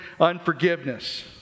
unforgiveness